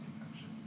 infection